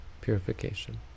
purification